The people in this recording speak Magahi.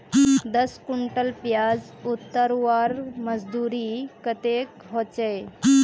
दस कुंटल प्याज उतरवार मजदूरी कतेक होचए?